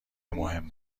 مهم